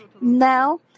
Now